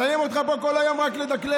שמים אותך פה כל היום רק לדקלם.